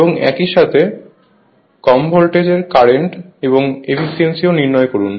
এবং একই সঙ্গে কম ভোল্টেজ কারেন্ট এবং এফিসিয়েন্সি ও নির্ণয় করুন